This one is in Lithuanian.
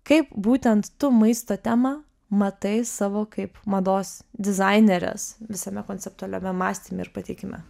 kaip būtent tu maisto temą matai savo kaip mados dizainerės visame konceptualiame mąstyme ir pateikime